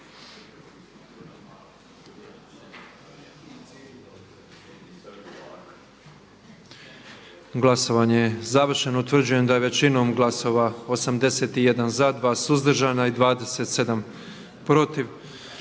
Glasovanje je završeno. Utvrđujem da je većinom glasova 121 za, 5 suzdržani i s jednim